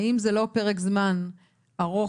האם זה לא פרק זמן ארוך,